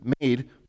made